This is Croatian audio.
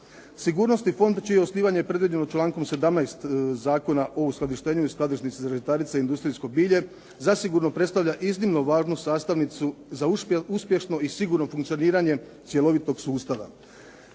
Sigurnosni fond, čije osnivanje je predviđeno člankom 17. Zakona o uskladištenju i skladišnici za žitarice i industrijsko bilje, zasigurno predstavlja iznimno važnu sastavnicu za uspješno i sigurno funkcioniranje cjelovitog sustava.